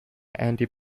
andy